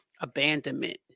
abandonment